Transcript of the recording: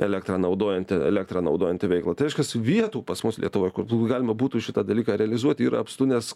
elektrą naudojanti elektrą naudojanti veikla tai reiškiasi vietų pas mus lietuvoje būtų galima būtų šitą dalyką realizuoti yra apstu nes